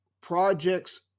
projects